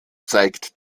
zeigt